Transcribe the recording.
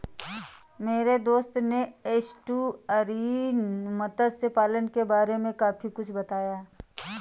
मेरे दोस्त ने एस्टुअरीन मत्स्य पालन के बारे में काफी कुछ बताया